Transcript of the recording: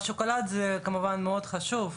השוקולד כמובן מאוד חשוב,